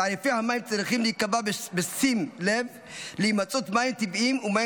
תעריפי המים צריכים להיקבע בשים לב להימצאות מים טבעיים ומים